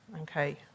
Okay